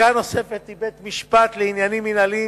ערכאה נוספת היא בית-משפט לעניינים מינהליים